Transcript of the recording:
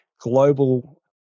global